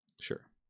Sure